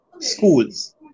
schools